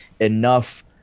enough